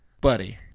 buddy